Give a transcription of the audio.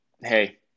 Hey